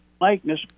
likeness